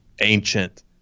ancient